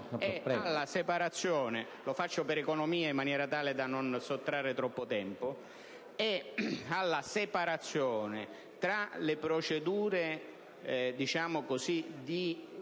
per la separazione tra le procedure di